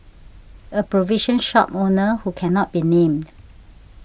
a provision shop owner who cannot be named